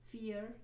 Fear